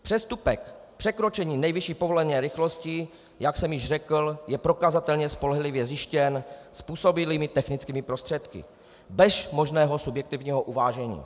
Přestupek překročení nejvyšší povolené rychlosti, jak jsem již řekl, je prokazatelně spolehlivě zjištěn způsobilými technickými prostředky bez možného subjektivního uvážení.